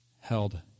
held